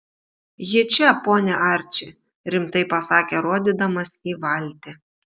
ji čia pone arči rimtai pasakė rodydamas į valtį